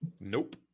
nope